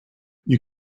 you